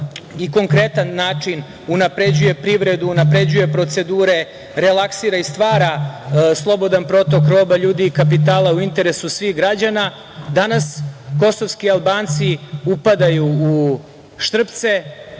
i konkretan način unapređuje privredu, unapređuje procedure, relaksira i stvara slobodan protok roba, ljudi i kapitala u interesu svih građana. Danas kosovski Albanci upadaju u Štrpce,